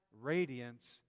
radiance